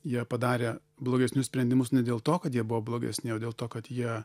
jie padarė blogesnius sprendimus ne dėl to kad jie buvo blogesni o dėl to kad jie